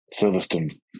Silverstone